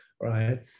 right